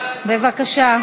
בבקשה.